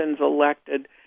elected